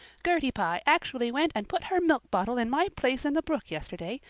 gertie pye actually went and put her milk bottle in my place in the brook yesterday.